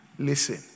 Listen